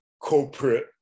corporate